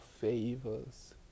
favors